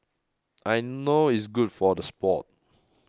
I know it's good for the sport